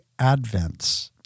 advents